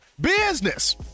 business –